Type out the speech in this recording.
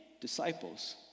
disciples